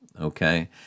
okay